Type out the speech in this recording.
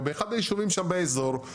או באחד היישובים שם באזור,